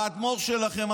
האדמו"ר שלכם,